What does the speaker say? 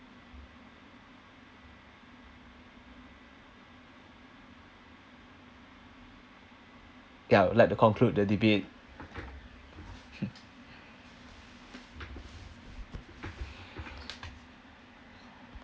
ya I'd like to conclude the debate